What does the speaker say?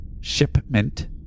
shipment